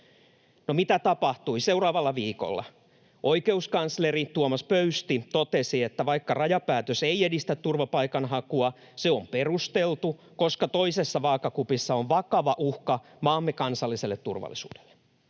mitä tapahtui seuraavalla viikolla? Oikeuskansleri Tuomas Pöysti totesi, että vaikka rajapäätös ei edistä turvapaikanhakua, se on perusteltu, koska toisessa vaakakupissa on vakava uhka maamme kansalliselle turvallisuudelle.